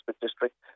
district